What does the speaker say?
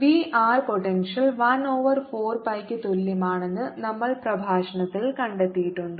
V r potential 1 over 4 പൈക്ക് തുല്യമാണെന്ന് നമ്മൾ പ്രഭാഷണത്തിൽ കണ്ടെത്തിയിട്ടുണ്ട്